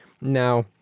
Now